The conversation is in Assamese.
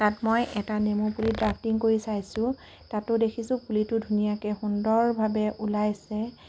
তাত মই এটা নেমু পুলি ড্ৰাফটিং কৰি চাইছোঁ তাতো দেখিছোঁ পুলিটো ধুনীয়াকৈ সুন্দৰভাৱে ওলাইছে